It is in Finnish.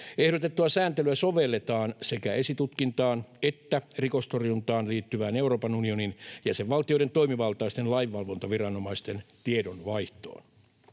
Ehdotettua sääntelyä sovelletaan sekä esitutkintaan että rikostorjuntaan liittyvään Euroopan unionin jäsenvaltioiden toimivaltaisten lainvalvontaviranomaisten tiedonvaihtoon.